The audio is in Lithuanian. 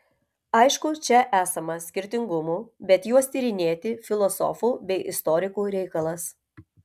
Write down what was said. aišku čia esama skirtingumų bet juos tyrinėti filosofų bei istorikų reikalas